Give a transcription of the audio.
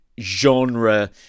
genre